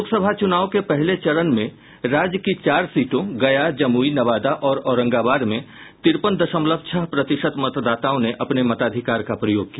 लोकसभा चुनाव के पहले चरण में राज्य की चार सीटों गया जमुई नवादा और औरंगाबाद में तिरपन दशमलव छह प्रतिशत मतदाताओं ने अपने मताधिकार का प्रयोग किया